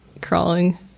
crawling